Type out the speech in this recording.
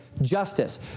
justice